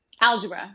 Algebra